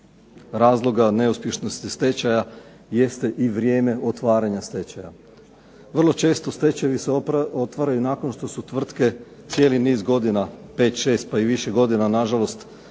razloga neuspješnosti stečaja jeste i vrijeme otvaranja stečaja. Vrlo često stečajevi se otvaraju nakon što su tvrtke cijeli niz godina, 5, 6 pa i više godina nažalost